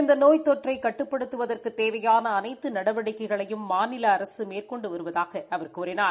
இந்த நோய் தொற்று தடுப்புப் பணிகளை கட்டுப்படுத்துவதற்குத் தேவையான அனைத்து நடவடிக்கைகளையும் மாநில அரசு மேற்கொண்டு வருவதாக அவர் கூறினார்